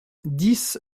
dix